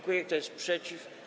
Kto jest przeciw?